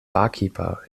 barkeeper